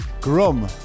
Grum